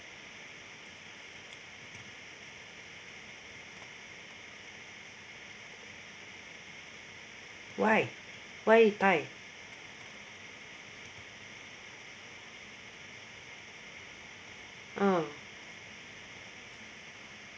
why why he tired oh